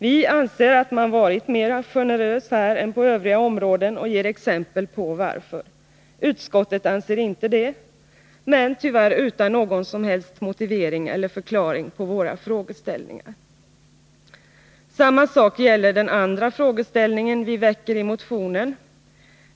Vi anser att man varit mera generös här än på övriga områden och ger exempel på varför vi anser det. Utskottet anser inte det, tyvärr utan någon som helst motivering eller förklaring med anledning av de frågeställningar vi tagit upp. Samma sak gäller den andra fråga vi väcker i motionen.